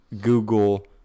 google